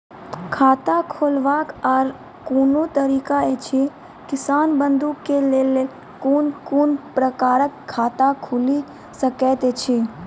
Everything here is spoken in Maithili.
खाता खोलवाक आर कूनू तरीका ऐछि, किसान बंधु के लेल कून कून प्रकारक खाता खूलि सकैत ऐछि?